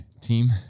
team